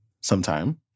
Sometime